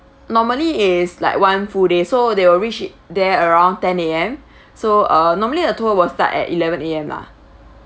normally is like one full day so they will reach there around ten A_M so uh normally the tour will start at eleven A_M lah